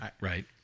right